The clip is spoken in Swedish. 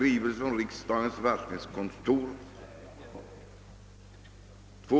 Undertecknad får härmed anhålla om ledighet från riksdagsarbetet under tiden den 20—22 mars på grund av utlandsvistelse.